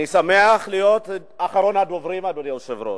אני שמח להיות אחרון הדוברים, אדוני היושב-ראש.